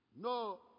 No